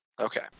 okay